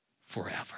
forever